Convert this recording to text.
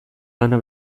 lana